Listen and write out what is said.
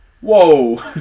Whoa